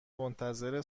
منتظر